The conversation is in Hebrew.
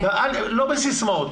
לא בסיסמאות.